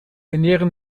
ernähren